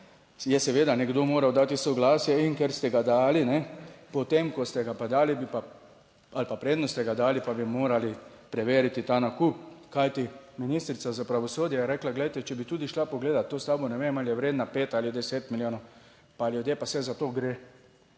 je seveda nekdo moral dati soglasje, in ker ste ga dali. Potem, ko ste ga pa dali, bi pa ali pa preden ste ga dali, pa bi morali preveriti ta nakup, kajti ministrica za pravosodje je rekla, glejte, če bi tudi šla pogledat to stavbo, ne vem ali je vredna pet ali deset milijonov, pa ljudje, pa se za to gre.